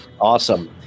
Awesome